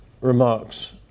remarks